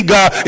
God